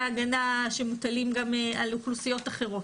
ההגנה שמוטלים גם על אוכלוסיות אחרות.